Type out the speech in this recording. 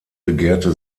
begehrte